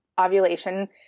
ovulation